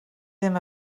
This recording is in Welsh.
ddim